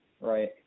Right